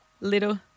Little